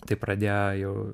tai pradėjo jau